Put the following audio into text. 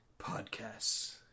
Podcasts